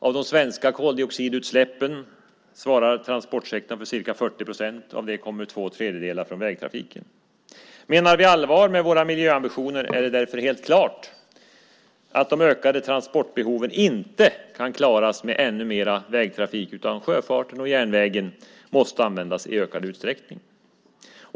Av de svenska koldioxidutsläppen svarar transportsektorn för ca 40 procent, och av det kommer två tredjedelar från vägtrafiken. Menar vi allvar med våra miljöambitioner är det därför helt klart att de ökande transportbehoven inte kan klaras med ännu mer vägtrafik, utan sjöfarten och järnvägen måste användas i ökad utsträckning.